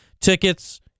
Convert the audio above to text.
tickets